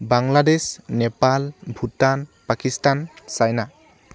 Bangladesh Nepal Bhutan Pakistan China